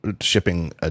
shipping